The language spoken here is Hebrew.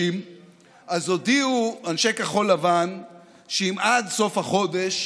אז הודיעו אנשי כחול לבן שאם עד סוף החודש